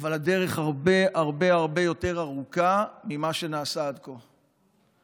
אבל הדרך הרבה הרבה יותר ארוכה ממה שנעשה עד כה.